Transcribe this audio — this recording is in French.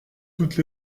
toutes